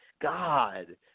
God